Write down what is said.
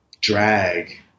drag